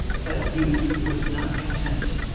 but youth was not content.